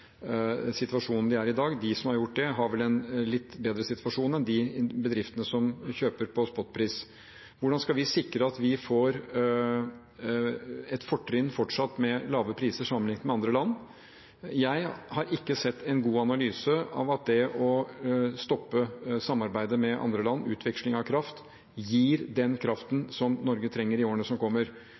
situasjonen de er i i dag. De som har gjort det, har vel en litt bedre situasjon enn de bedriftene som kjøper på spotprismarkedet. Hvordan skal vi sikre at vi får et fortsatt fortrinn med lave priser, sammenliknet med andre land? Jeg har ikke sett en god analyse om at det å stoppe samarbeidet med andre land om utveksling av kraft gir den kraften Norge trenger i årene som kommer.